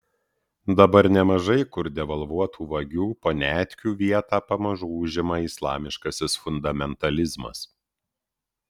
dabar nemažai kur devalvuotų vagių poniatkių vietą pamažu užima islamiškasis fundamentalizmas